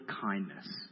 kindness